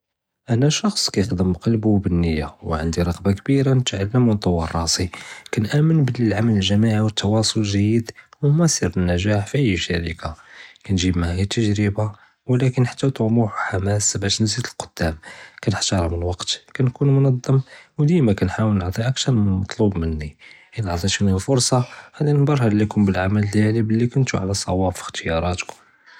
אנה שחס קייחדמ בקלבו ובאלניה ו ענדי רג'בה כבירה נתעלם ונתטור ראסי כנאמין בלי אלעמל אלג'מאעי ואלתוואסול אלג'ייד הומא סר אלנאג'אח פי אי שחארה קטיג'יב מעאיה תג'רבה ו ולקין חתי טמוח ו חמאס באש נזיד אלקדאם כנהתרם אלווקט כנקון מונזם ו דימה כנהאול נעתי אקטאר מן אלמתלול מני אלא עאטיתוני אלפרסה ג'אדי נברחן ליקום באלעמל דיעלי בלי קונטו עלא סוואב פי אחק'תיאראתכום.